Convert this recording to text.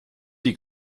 die